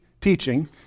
teaching